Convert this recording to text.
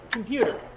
Computer